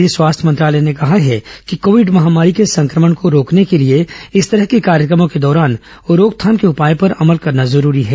केन्द्रीय स्वास्थ्य मंत्रालय ने कहा है कि कोविड महामारी के संक्रमण को रोकने के लिए इस तरह के कार्यक्रमों के दौरान रोकथाम के उपाय पर अमल करना जरुरी है